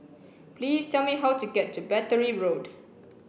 please tell me how to get to Battery Road